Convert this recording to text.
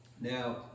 Now